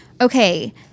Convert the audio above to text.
Okay